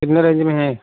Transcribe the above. कितने रेन्ज में है